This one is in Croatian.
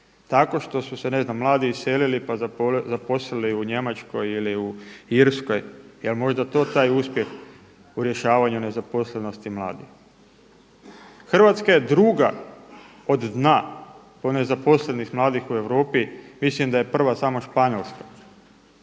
tako što su se ne znam mladi iselili pa zaposlili u Njemačkoj ili Irskoj. Jel' možda to taj uspjeh u rješavanju nezaposlenosti mladih? Hrvatska je druga od dna, od nezaposlenih mladih u Europi. Mislim da je prva samo Španjolska.